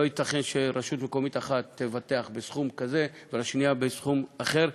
לא ייתכן שרשות מקומית אחת תבטח בסכום כזה והשנייה בסכום אחר.